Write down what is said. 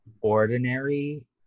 ordinary